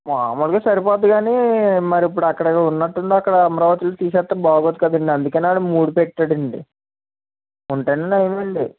మాములుగా సరిపోద్ది కానీ మరి ఇప్పుడు అక్కడ ఉన్నట్టుండి అక్కడ అమరావతిలో తీస్తే బాగోదు కదండి అక్కడ అందుకని వాడు మూడు పెట్టాడు అండి ఉంటే నయమండి